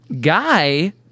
Guy